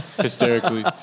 hysterically